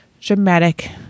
dramatic